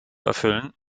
erfüllen